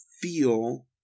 feel